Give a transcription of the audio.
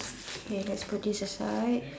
okay let's put this aside